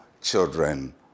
children